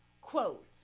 quote